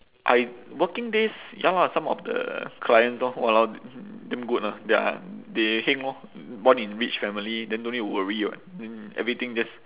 I working days ya lah some of the clients orh !walao! damn good lah their they heng orh born in rich family then don't need to worry [what] then everything just